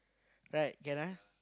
right can ah